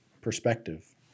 perspective